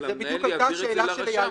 זו בדיוק אותה שאלה של אייל,